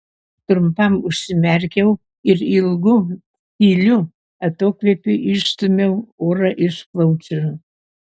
trumpam užsimerkiau ir ilgu tyliu atokvėpiu išstūmiau orą iš plaučių